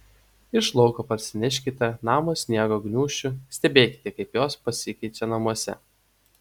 iš lauko parsineškite namo sniego gniūžčių stebėkite kaip jos pasikeičia namuose